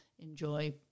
enjoy